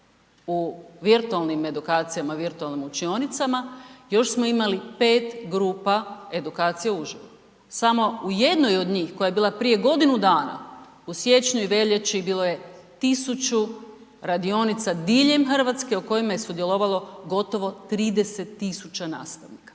u virtualnim edukacijama, virtualnim učionicama, još smo imali 5 grupa edukacija uživo. Samo u jednoj od njih koja je bila prije godinu dana, u siječnju i veljači, bilo je 1000 radionica diljem Hrvatske u kojima je sudjelovalo gotovo 30 000 nastavnika